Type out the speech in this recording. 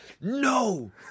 no